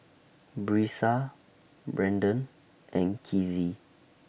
Brisa Brandan and Kizzy